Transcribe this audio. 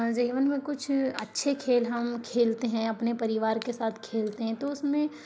जीवन में कुछ अच्छे खेल हम खेलतें हैं अपने परिवार के साथ खेलतें हैं तो उसमें